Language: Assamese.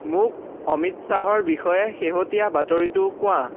মোক অমিত চাহৰ বিষয়ে শেহতীয়া বাতৰিটো কোৱা